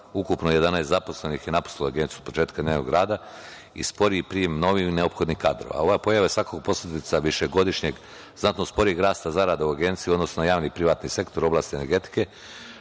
Ukupno 11 zaposlenih je napustilo Agenciju od početka njenog rada i sporiji prijem novih i neophodnih kadrova. Ova pojava je svakako posledica višegodišnjeg znatno sporijeg rasta zarada u Agenciji, odnosno javni privatni sektor u oblasti energetike,